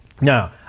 Now